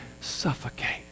suffocate